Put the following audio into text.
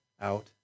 out